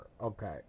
okay